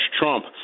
Trump